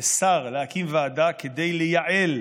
לשר להקים ועדה כדי לייעל,